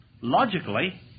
logically